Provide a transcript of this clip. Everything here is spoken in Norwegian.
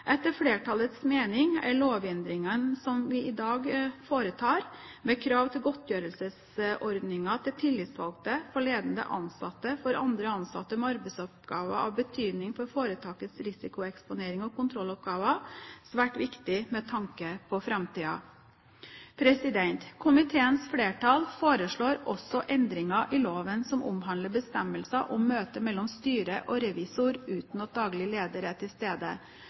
Etter flertallets mening er lovendringen som vi i dag foretar, med krav til godtgjørelsesordningene til tillitsvalgte, for ledende ansatte, for andre ansatte med arbeidsoppgaver av betydning for foretakets risikoeksponering og kontrolloppgaver, svært viktig med tanke på framtiden. Komiteens flertall foreslår også endringer i loven som omhandler bestemmelsen om møte mellom styret og revisor uten at daglig leder er til stede.